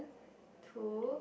two